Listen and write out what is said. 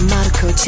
Marco